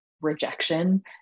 rejection